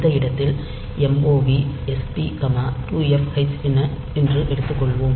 இந்த இடத்தில் mov sp 2Fh என்று எடுத்துக்கொள்வோம்